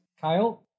Kyle